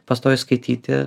pastoviai skaityti